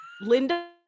Linda